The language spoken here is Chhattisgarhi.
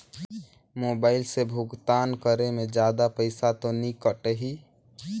मोबाइल से भुगतान करे मे जादा पईसा तो नि कटही?